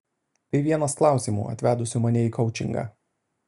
tai vienas klausimų atvedusių mane į koučingą